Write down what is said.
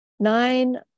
Nine